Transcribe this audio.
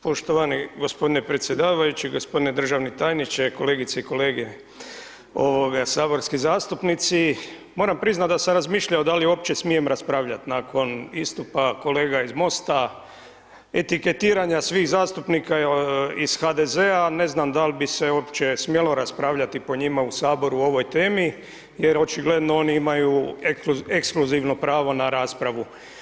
Poštovani g. predsjedavajući, g. državni tajniče, kolegice i kolege saborski zastupnici, moram priznat da sam razmišljao da li uopće smijem raspravljat nakon istupa kolega iz MOST-a, etiketiranja svih zastupnika iz HDZ-a, ne znam dal bi se uopće smjelo raspravljati po njima u HS o ovoj temi jer očigledno oni imaju ekskluzivno pravo na raspravu.